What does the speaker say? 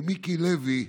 כמיקי לוי,